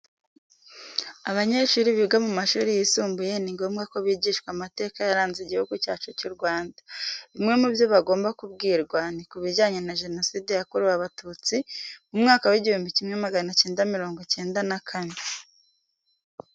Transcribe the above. Abanyeshuri biga mu mashuri yisumbuye, ni ngombwa ko bigishwa amateka yaranze Igihugu cyacu cy'u Rwanda. Bimwe mu byo bagomba kubwirwa ni kubijyane na Jenoside yakorewe Abatutsi mu mwaka w'igihumbi kimwe magana cyenda mirongo icyenda na kane.